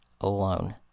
alone